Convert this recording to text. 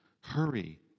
Hurry